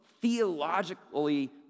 theologically